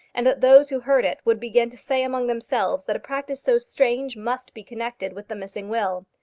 and that those who heard it would begin to say among themselves that a practice so strange must be connected with the missing will.